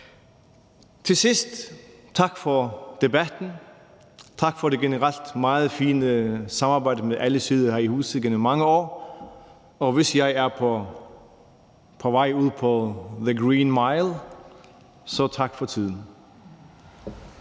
Til sidst tak for debatten. Tak for det generelt meget fine samarbejde med alle sider her i huset gennem mange år. Og hvis jeg er på vej ud på the green mile, så tak for tiden.